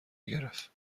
گرفت